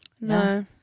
No